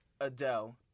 Adele